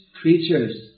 creatures